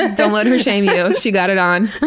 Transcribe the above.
ah don't let her shame you. she got it on.